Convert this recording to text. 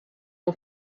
mon